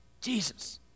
Jesus